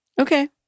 Okay